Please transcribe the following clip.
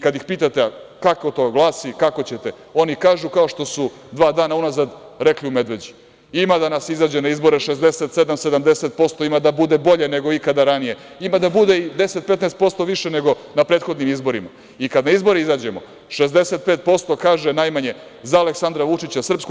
Kada ih pitate kako to glasi, kako ćete, oni kažu, kao što su dva dana unazad rekli u Medveđi - ima da nas izađe na izbore 67, 70%, ima da bude bolje neko ikada ranije, ima da bude i 10, 15% više nego na prethodnim izborima i kada na izbore izađemo 65% kaže - najmanje za Aleksandra Vučića, SNS,